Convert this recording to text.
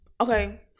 Okay